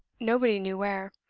nobody knew where.